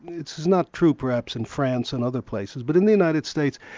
it's not true perhaps in france and other places, but in the united states,